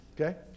Okay